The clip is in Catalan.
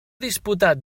disputat